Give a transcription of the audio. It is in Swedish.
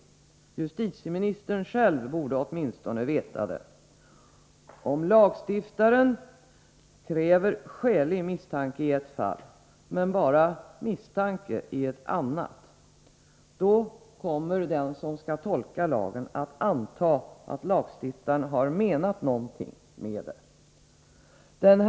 Justitieministern själv borde åtminstone veta det. Om lagstiftaren kräver skälig misstanke i ett fall men bara misstanke i ett annat fall, kommer den som skall tolka lagen att anta att lagstiftaren har menat någonting med detta.